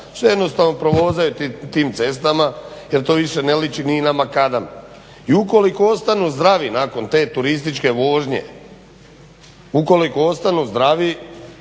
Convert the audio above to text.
se jednostavno provozaju tim cestama jer to više ne liči ni na makadam. I ukoliko ostanu zdravi nakon te turističke vožnje, ukoliko ostanu zdravi